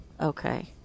Okay